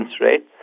rates